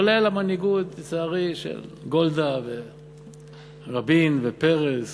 כולל המנהיגות, לצערי, של גולדה ורבין ופרס